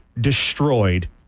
destroyed